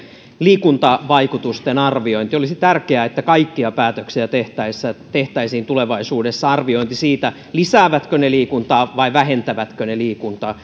liikuntavaikutusten arviointiin olisi tärkeää että kaikkia päätöksiä tehtäessä tehtäisiin tulevaisuudessa arviointi siitä lisäävätkö ne liikuntaa vai vähentävätkö ne liikuntaa